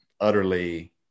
utterly